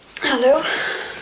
Hello